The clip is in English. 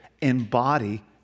embody